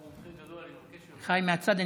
מהצד.